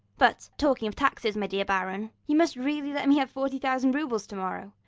but talking of taxes, my dear baron, you must really let me have forty thousand roubles to-morrow?